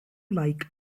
like